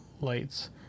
lights